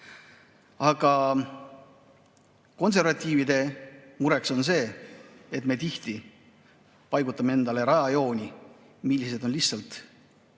Aga konservatiivide mure on see, et me tihti paigutame endale rajajooni, mis on lihtsalt kahjuks